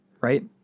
Right